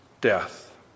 death